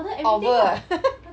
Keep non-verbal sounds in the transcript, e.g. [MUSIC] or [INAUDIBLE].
over [LAUGHS]